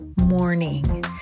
morning